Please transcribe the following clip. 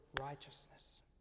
righteousness